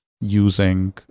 using